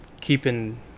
keeping